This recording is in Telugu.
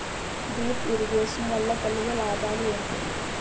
డ్రిప్ ఇరిగేషన్ వల్ల కలిగే లాభాలు ఏంటి?